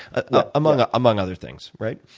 ah among ah among other things, right?